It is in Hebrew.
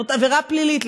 זאת עבירה פלילית,